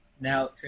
Now